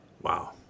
Wow